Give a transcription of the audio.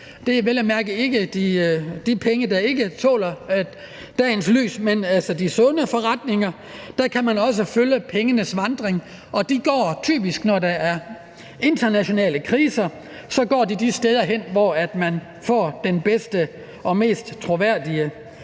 Det er vel at mærke ikke de penge, der ikke tåler dagens lys, men altså de sunde forretninger. Der kan man også følge pengenes vandring, og de går typisk, når der er internationale kriser, de steder hen, hvor man får den bedste og mest troværdige